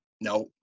No